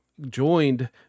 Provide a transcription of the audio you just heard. joined